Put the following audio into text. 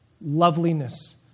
loveliness